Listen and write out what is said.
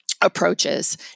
approaches